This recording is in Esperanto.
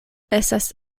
estas